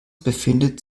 befindet